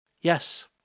Yes